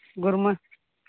ᱜᱩᱲᱢᱟᱹ